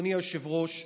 אדוני היושב-ראש,